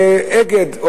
"אגד",